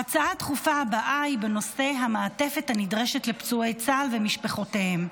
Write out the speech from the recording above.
ההצעה הדחופה הבאה היא בנושא המעטפת הנדרשת לפצועי צה"ל ומשפחותיהם.